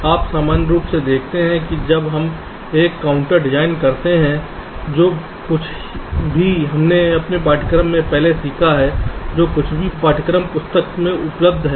आप सामान्य रूप से देखते हैं जब हम एक काउंटर डिजाइन करते हैं जो कुछ भी हमने अपने पाठ्यक्रम में पहले सीखा है जो कुछ भी पाठ्य पुस्तक में उपलब्ध है